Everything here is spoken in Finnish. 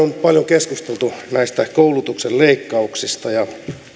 on paljon keskusteltu näistä koulutuksen leikkauksista ja se